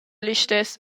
listess